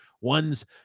One's